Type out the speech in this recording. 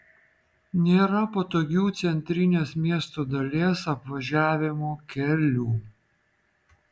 nėra patogių centrinės miesto dalies apvažiavimo kelių